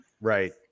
right